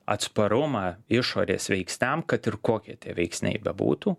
atsparumą išorės veiksniam kad ir kokie tie veiksniai bebūtų